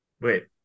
wait